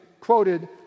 quoted